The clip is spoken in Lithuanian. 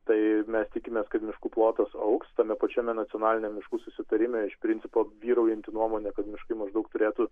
tai mes tikimės kad miškų plotas augs tame pačiame nacionaliniame susitarime iš principo vyraujanti nuomonė kad miškai maždaug turėtų